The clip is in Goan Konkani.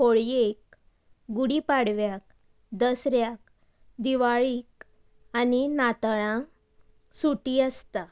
होळयेक गुडी पाडव्याक दसऱ्याक दिवाळीक आनी नातळांक सुटी आसता